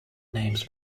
names